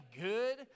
good